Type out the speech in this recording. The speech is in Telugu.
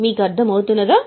మీకు అర్థం అవుతున్నదా